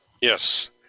yes